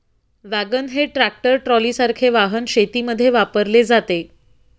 wagon हे tractor ट्रॉलीसारखे वाहन शेतीमध्ये वापरले जाते